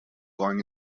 goings